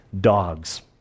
dogs